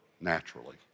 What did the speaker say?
naturally